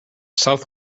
south